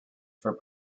for